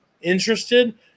interested